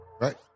Right